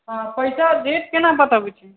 हँ पैसा रेट केना बतबैत छी